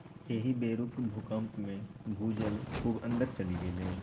एहि बेरुक भूकंपमे भूजल खूब अंदर चलि गेलै